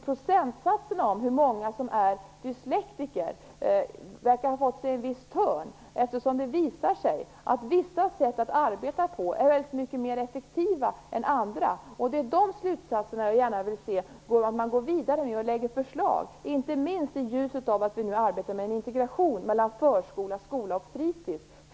Procentsatserna när det gäller hur många som är dyslektiker verkar alltså ha fått sig en viss törn. Det visar sig ju att vissa sätt att arbeta på är mycket mer effektiva än andra. De är de slutsatserna jag gärna vill se att man går vidare med och lägger fram förslag utifrån. Det är inte minst viktigt i ljuset av att vi nu arbetar med integration mellan förskola, skola och fritis.